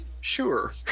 sure